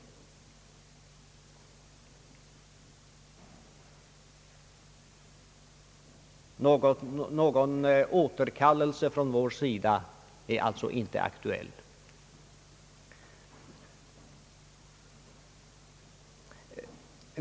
Någon återkallelse från vår sida är alltså inte aktuell.